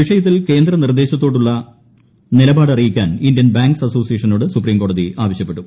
വിഷയത്തിൽ കേന്ദ്ര നിർദ്ദേശത്തോടുള്ള നിലപാട് അറിയിക്കാൻ ഇന്ത്യൻ ബാങ്ക്സ് അസോസിയേഷനോട് സുപ്പീംക്കോടതി ആവശ്യപ്പെട്ടു